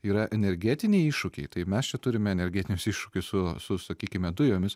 yra energetiniai iššūkiai tai mes čia turime energetinius iššūkius su su sakykime dujomis